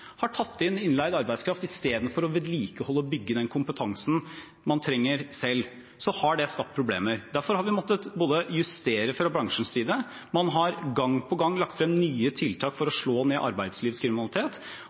har tatt inn innleid arbeidskraft i stedet for å vedlikeholde og bygge den kompetansen man trenger selv. Derfor har vi måttet justere fra bransjens side, og man har gang på gang lagt frem nye tiltak for